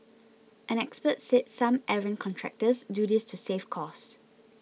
an expert said some errant contractors do this to save costs